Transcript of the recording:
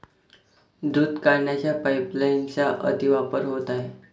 दूध काढण्याच्या पाइपलाइनचा अतिवापर होत आहे